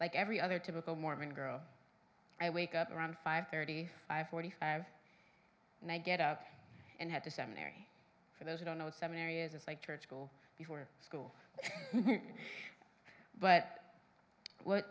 like every other typical mormon girl i wake up around five thirty five forty five and i get up and head to seminary for those who don't know seven areas it's like church school before school but what